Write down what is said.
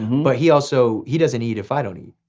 but he also, he doesn't eat if i don't eat.